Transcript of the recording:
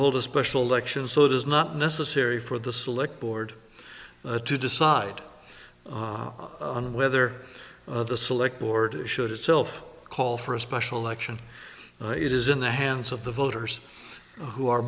hold a special election so it is not necessary for the select board to decide on whether the select board should itself call for a special election it is in the hands of the voters who are